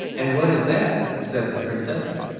and what is that? said the princess.